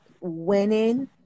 winning